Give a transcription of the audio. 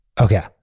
Okay